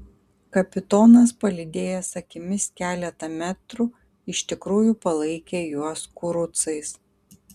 kapitonas palydėjęs akimis keletą metrų iš tikrųjų palaikė juos kurucais